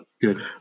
good